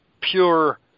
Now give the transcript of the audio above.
pure